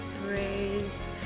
praised